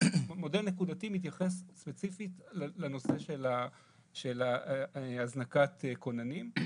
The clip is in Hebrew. מודל נקודתי מתייחס ספציפית לנושא של הזנקת כוננים.